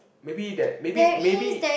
maybe that maybe maybe